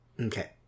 Okay